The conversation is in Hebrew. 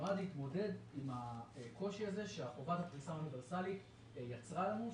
שנועד להתמודד עם הקושי הזה שהחובה של הפריסה האוניברסאלית יצרה לנו,